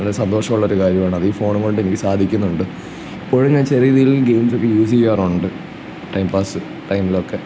വളരെ സന്തോഷമുള്ള ഒരു കാര്യമാണ് അതീ ഫോണും കൊണ്ടെനിക്ക് സാധിക്കുന്നുണ്ട് ഇപ്പോഴും ഞാൻ ചെറിയ രീതിയിൽ ഗെയിംസൊക്കെ യൂസ് ചെയ്യാറുണ്ട് ടൈം പാസ് ടൈമിലൊക്കെ